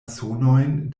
sonojn